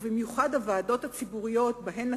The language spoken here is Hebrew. ובמיוחד הוועדות הציבורית שהשתתפתי בהן,